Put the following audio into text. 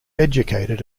educated